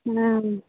ம்